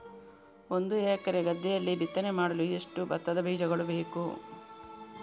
ಒಂದು ಎಕರೆ ಗದ್ದೆಯಲ್ಲಿ ಬಿತ್ತನೆ ಮಾಡಲು ಎಷ್ಟು ಭತ್ತದ ಬೀಜಗಳು ಬೇಕು?